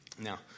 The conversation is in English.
Now